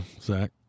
Zach